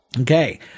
okay